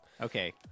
Okay